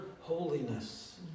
holiness